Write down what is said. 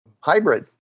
hybrid